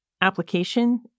application